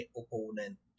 opponent